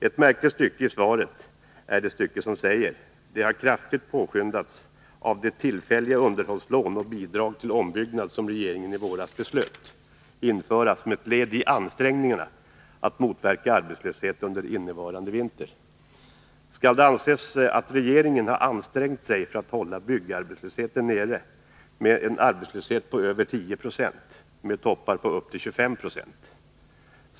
Ett märkligt avsnitt i svaret är det där arbetsmarknadsministern säger: ”De” — dvs. ombyggnads-, tillbyggnads-, reparationsoch underhållsarbetena — ”har kraftigt påskyndats av de tillfälliga underhållslån och bidrag till ombyggnad som regeringen i våras beslöt införa som ett led i ansträngningarna att motverka arbetslöshet under innevarande vinter.” Skall det anses att regeringen har ansträngt sig för att hålla byggarbetslösheten nere när vi har en arbetslöshet på över 10 26 och toppar på upp till 25 96?